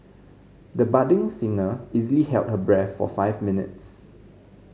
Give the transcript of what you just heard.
the budding singer easily held her breath for five minutes